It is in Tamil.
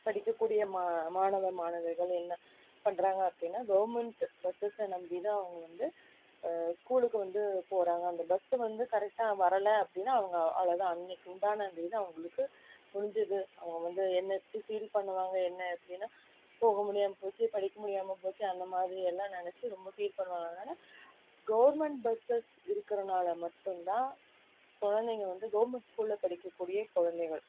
படிக்கக்கூடிய மா மாணவ மாணவிகள் என்ன பண்ணுறாங்க அப்படின்னா கவர்மெண்ட்டு பஸ்ஸஸை நம்பிதான் அவங்க வந்து ஸ்கூலுக்கு வந்து போகிறாங்க அந்த பஸ்ஸு வந்து கரெக்டாக வரலை அப்படின்னா அவங்க அவ்வளோதான் அன்னைக்கி உண்டான அந்த இது அவங்களுக்கு முடிஞ்சுது அவங்க வந்து என்ன ஃபீ ஃபீல் பண்ணுவாங்க என்ன எப்படின்னா போக முடியாமல் போச்சு படிக்க முடியாமல் போச்சு அந்தமாதிரி எல்லாம் நெனைச்சு ரொம்ப ஃபீல் பண்ணுவாங்க அதனால் கவர்மெண்ட் பஸ்ஸஸ் இருக்கறதுனால மட்டுந்தான் குழந்தைங்க வந்து கவர்மெண்ட் ஸ்கூலில் படிக்கக்கூடிய குழந்தைகள்